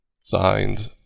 Signed